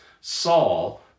Saul